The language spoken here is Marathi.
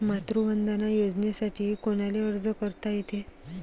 मातृवंदना योजनेसाठी कोनाले अर्ज करता येते?